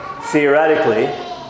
theoretically